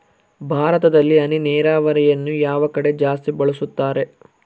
ಭಾರತದಲ್ಲಿ ಹನಿ ನೇರಾವರಿಯನ್ನು ಯಾವ ಕಡೆ ಜಾಸ್ತಿ ಬಳಸುತ್ತಾರೆ?